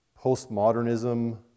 postmodernism